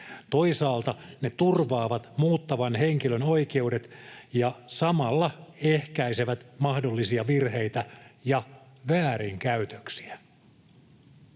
Toisaalta ne turvaavat muuttavan henkilön oikeudet ja samalla ehkäisevät mahdollisia virheitä ja väärinkäytöksiä.